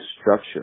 structure